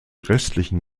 restlichen